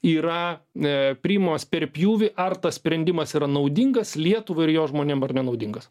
yra priimamas per pjūvį ar tas sprendimas yra naudingas lietuvai ir jos žmonėm ar nenaudingas